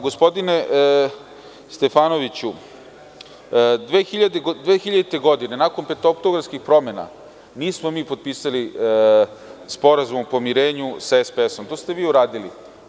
Gospodine Stefanoviću, 2000. godine, nakon petooktobarskih promena nismo mi potpisali sporazum o pomirenju sa Socijalističkom partijom Srbije, to ste vi uradili.